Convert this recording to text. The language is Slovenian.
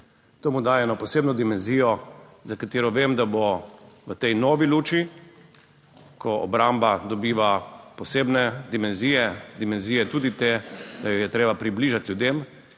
To mu daje eno posebno dimenzijo, za katero vem, da bo v tej novi luči, ko obramba dobiva posebne dimenzije, tudi te, da jo je treba približati ljudem.